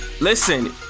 Listen